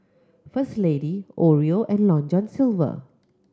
First Lady Oreo and Long John Silver